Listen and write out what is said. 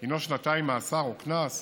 הינו שנתיים מאסר או קנס,